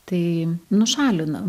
tai nušalina